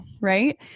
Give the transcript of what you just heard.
Right